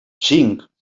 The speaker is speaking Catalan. cinc